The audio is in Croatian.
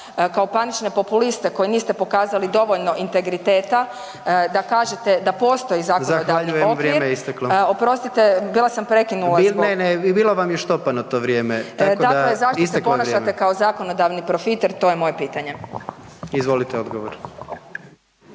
kao panične populiste koji niste pokazali dovoljno integriteta da kaže da postoji zakonodavni okvir …/Upadica: Zahvaljujem, vrijeme je isteklo./… oprostite, bila sam prekinula zbog …/Upadica: Ne, ne bilo vam je štopano to vrijeme, tako da isteklo je vrijeme./… dakle, zašto se ponašate kao zakonodavni profiter to je moje pitanje. **Jandroković,